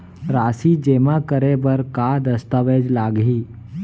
राशि जेमा करे बर का दस्तावेज लागही?